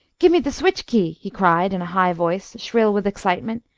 give me the switch-key! he cried, in a high voice, shrill with excitement.